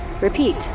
Repeat